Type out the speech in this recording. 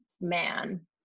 man